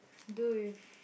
do with